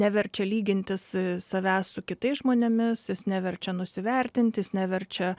neverčia lygintis savęs su kitais žmonėmis jis neverčia nusivertinti jis neverčia